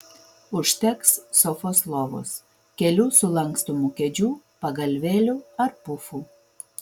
užteks sofos lovos kelių sulankstomų kėdžių pagalvėlių ar pufų